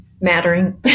Mattering